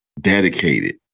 dedicated